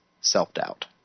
self-doubt